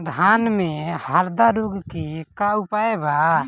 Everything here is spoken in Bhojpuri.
धान में हरदा रोग के का उपाय बा?